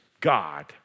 God